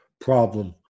problem